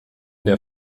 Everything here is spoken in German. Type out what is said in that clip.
der